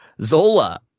Zola